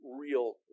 real